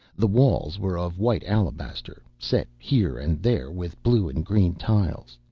the walls were of white alabaster, set here and there with blue and green tiles.